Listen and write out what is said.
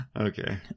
okay